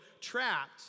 trapped